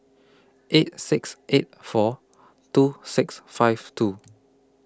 eight six eight four two six five two